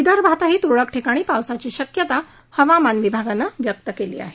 विदर्भातही तुरळक ठिकाणी पावसाची शक्यता हवामान विभागानं व्यक्त केली आहे